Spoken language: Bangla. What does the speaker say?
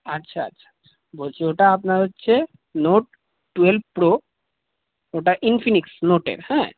আচ্ছা আচ্ছা আচ্ছা বলছি ওটা আপনার হচ্ছে নোট টুয়েলভ প্রো ওটা ইনফিনিক্স নোটের হ্যাঁ